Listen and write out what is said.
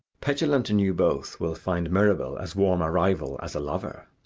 petulant and you both will find mirabell as warm a rival as a lover.